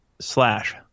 slash